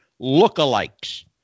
lookalikes